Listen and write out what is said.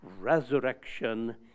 Resurrection